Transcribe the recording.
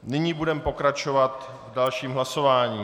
Nyní budeme pokračovat dalším hlasováním.